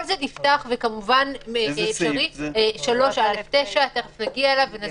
אם קנית בית ויש שם